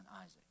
Isaac